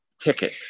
ticket